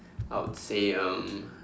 I would say um